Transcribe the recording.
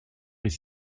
est